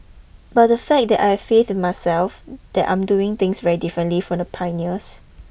but the fact it that I faith in myself that I am doing things very differently from the pioneers